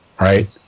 right